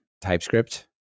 TypeScript